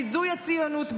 ביזוי הציונות,